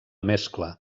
mescla